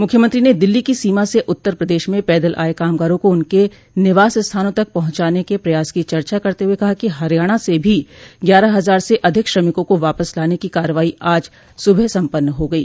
मुख्यमंत्री ने दिल्ली की सीमा से उत्तर प्रदेश म पैदल आये कामगारों को उनके निवास स्थानों तक पहुंचाने के प्रयास की चर्चा करते हुए कहा कि हरियाणा से भी ग्यारह हजार से अधिक श्रमिकों को वापस लाने की कार्रवाई आज सुबह सम्पन्न हो गई